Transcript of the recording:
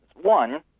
One